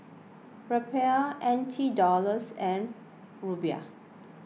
Rupiah N T Dollars and